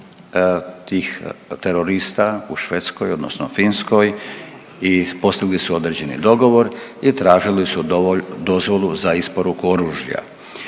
tih terorista u Švedskoj odnosno Finskoj i postigli su određeni dogovor i tražili su dozvolu za isporuku oružja,